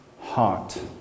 heart